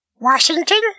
Washington